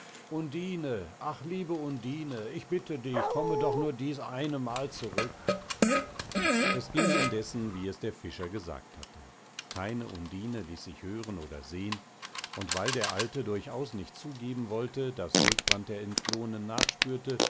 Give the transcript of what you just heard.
undine ach liebe undine ich bitte dich komme doch nur dies eine mal zurück es ging indessen wie es der fischer gesagt hatte keine undine ließ sich hören oder sehn und weil der alte durchaus nicht zugeben wollte daß huldbrand der entflohenen nachspürte